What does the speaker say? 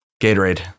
Gatorade